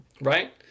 right